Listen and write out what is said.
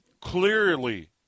clearly